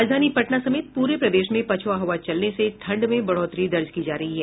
राजधानी पटना समेत पूरे प्रदेश में पछ्आ हवा चलने से ठंड में बढ़ोतरी दर्ज की जा रही है